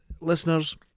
listeners